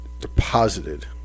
deposited